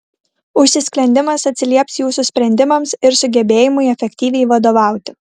užsisklendimas atsilieps jūsų sprendimams ir sugebėjimui efektyviai vadovauti